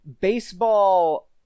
Baseball